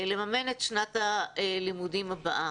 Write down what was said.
לממן את שנת הלימודים הבאה,